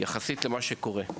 יחסית למה שקורה.